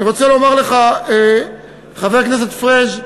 אני רוצה לומר לך, חבר הכנסת פריג':